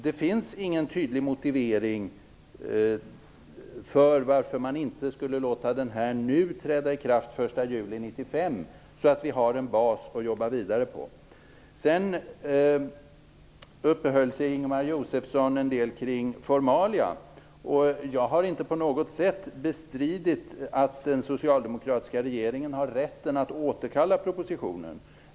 Det finns ingen tydlig motivering till att inte låta balken träda i kraft den 1 juli 1995 så att vi får en bas att arbeta vidare på. Ingemar Josefsson uppehöll sig en del kring formalia. Jag har inte på något sätt bestridit att den socialdemokratiska regeringen har rätten att återkalla propositionen.